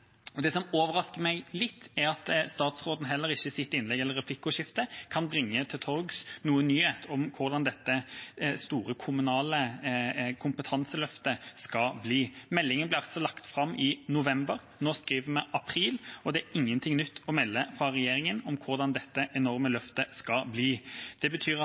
Det som overrasker meg litt, er at statsråden heller ikke i sitt innlegg eller i replikkordskiftet kunne bringe til torgs noen nyhet om hvordan dette store kommunale kompetanseløftet skal bli. Meldinga ble lagt fram i november, nå skriver vi april, og det er ingenting nytt å melde fra regjeringa om hvordan dette enorme løftet skal bli. Det betyr at